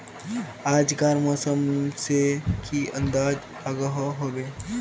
आज कार मौसम से की अंदाज लागोहो होबे?